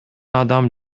адам